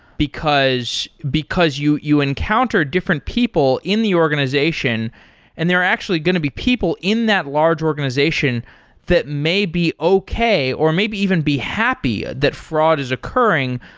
because because you you encounter different people in the organization and there are actually going to be people in that large organization that may be okay, or maybe even be happy that fraud is occurring,